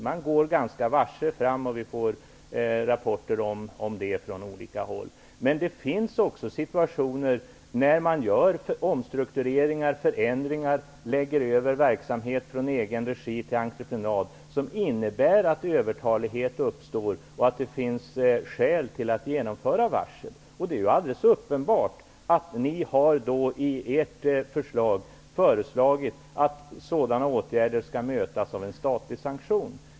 Man går ganska varsamt fram -- vi får rapporter om det från olika håll. Men det finns också situationer när man gör omstruktureringar och förändringar och lägger över verksamhet från egen regi till entreprenad som innnebär att övertalighet uppstår och att det finns skäl att genomföra varsel. Det är alldeles uppenbart att ni socialdemokrater föreslår att sådana åtgärder skall mötas av en statlig sanktion.